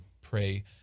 pray